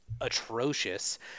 atrocious